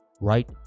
right